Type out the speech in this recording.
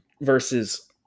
Versus